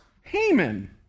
Haman